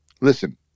listen